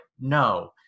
no